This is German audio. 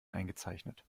eingezeichnet